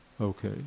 Okay